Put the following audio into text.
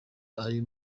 ari